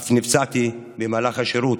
אף נפצעתי במהלך השירות.